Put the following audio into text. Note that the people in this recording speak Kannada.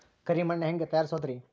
ಕರಿ ಮಣ್ ಹೆಂಗ್ ತಯಾರಸೋದರಿ?